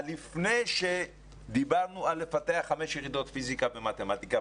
לפני שדיברנו על לפתח חמש יחידות פיסיקה ומתמטיקה,